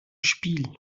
spiel